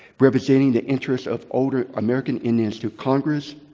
representing the interests of older american indians to congress,